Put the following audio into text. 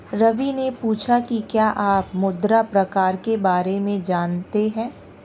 रवि ने पूछा कि क्या आप मृदा प्रकार के बारे में जानते है?